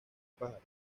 pájaros